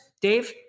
Dave